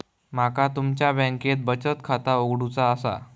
माका तुमच्या बँकेत बचत खाता उघडूचा असा?